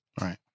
Right